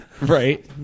Right